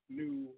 new